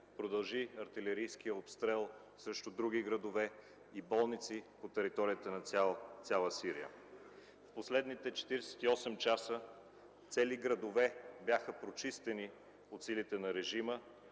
продължи артилерийския обстрел срещу други градове и болници по територията на цяла Сирия. В последните 48 часа цели градове бяха прочистени от силите на режима,